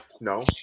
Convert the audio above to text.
No